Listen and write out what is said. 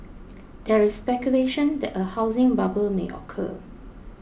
there is speculation that a housing bubble may occur